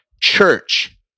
church